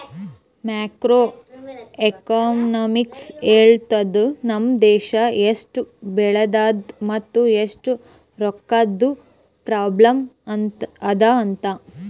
macro economics ಹೇಳ್ತುದ್ ನಮ್ ದೇಶಾ ಎಸ್ಟ್ ಬೆಳದದ ಮತ್ ಎಸ್ಟ್ ರೊಕ್ಕಾದು ಪ್ರಾಬ್ಲಂ ಅದಾ ಅಂತ್